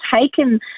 taken